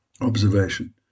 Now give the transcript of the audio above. Observation